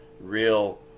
real